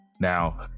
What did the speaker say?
Now